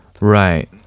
Right